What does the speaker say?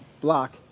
block